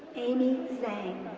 amy so zhang,